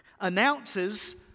announces